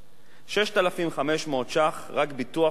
6,500 שקלים רק ביטוח חובה.